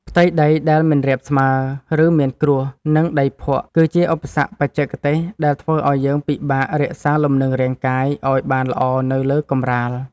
ផ្ទៃដីដែលមិនរាបស្មើ ឬមានគ្រួស និងដីភក់ គឺជាឧបសគ្គបច្ចេកទេសដែលធ្វើឱ្យយើងពិបាករក្សាលំនឹងរាងកាយឱ្យបានល្អនៅលើកម្រាល។